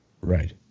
Right